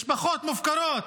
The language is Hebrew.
משפחות מופקרות,